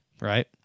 right